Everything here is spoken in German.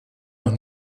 noch